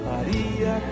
Maria